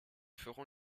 ferons